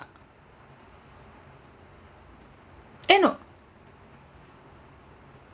eh no